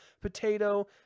potato